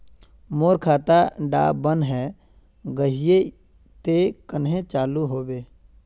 मोर खाता डा बन है गहिये ते कन्हे चालू हैबे?